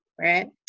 right